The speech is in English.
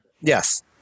Yes